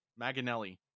Maganelli